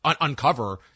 uncover